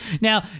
Now